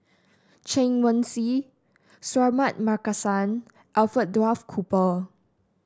Chen Wen Hsi Suratman Markasan Alfred Duff Cooper